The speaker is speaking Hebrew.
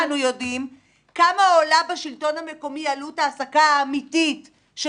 מהי עלות העסקה אמתית בשלטון המקומי